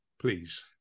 please